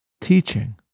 teaching